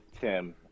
Tim